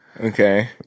Okay